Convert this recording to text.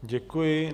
Děkuji.